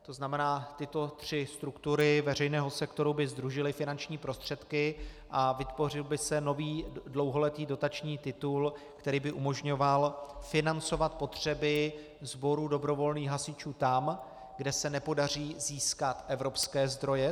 To znamená, tyto tři struktury veřejného sektoru by sdružily finanční prostředky a vytvořil by se nový dlouholetý dotační titul, který by umožňoval financovat potřeby sboru dobrovolných hasičů tam, kde se nepodaří získat evropské zdroje.